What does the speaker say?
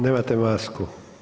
Nemate masku.